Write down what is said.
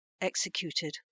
executed